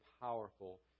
powerful